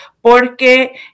Porque